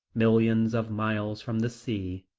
millions of miles from the sea.